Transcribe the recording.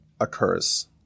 occurs